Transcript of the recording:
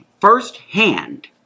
First-hand